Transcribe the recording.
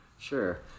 Sure